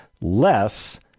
less